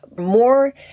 more